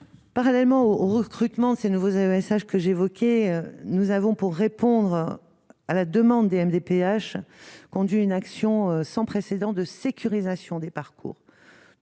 parallèlement au au recrutement de ces nouveaux avez que j'ai évoquais nous avons pour répondre à la demande et MDPH conduit une action sans précédent de sécurisation des parcours,